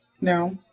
No